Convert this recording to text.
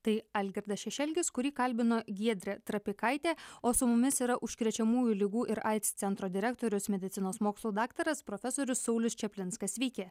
tai algirdas šešelgis kurį kalbino giedrė trapikaitė o su mumis yra užkrečiamųjų ligų ir aids centro direktorius medicinos mokslų daktaras profesorius saulius čaplinskas sveiki